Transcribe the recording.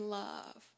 love